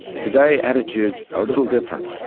today attitudes are a little different.